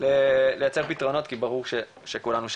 לייצר פתרונות כי ברור שכולנו שם.